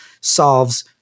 solves